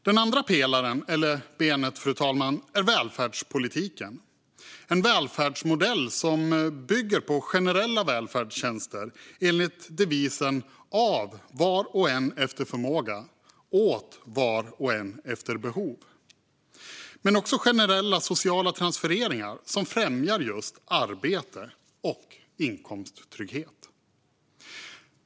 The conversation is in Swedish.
Det andra benet, fru talman, är välfärdspolitiken med en välfärdsmodell som bygger på generella välfärdstjänster enligt devisen "av var och en efter förmåga, åt var och en efter behov" men också på generella sociala transfereringar som främjar just arbete och inkomsttrygghet.